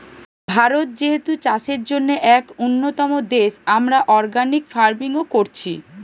ভারত যেহেতু চাষের জন্যে এক উন্নতম দেশ, আমরা অর্গানিক ফার্মিং ও কোরছি